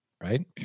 right